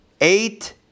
eight